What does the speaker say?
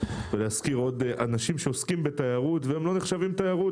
להזכיר עוד אנשים שעוסקים בתיירות ולא נחשבים תיירות.